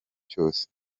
cyose